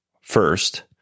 first